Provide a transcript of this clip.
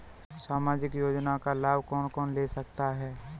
सामाजिक योजना का लाभ कौन कौन ले सकता है?